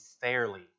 fairly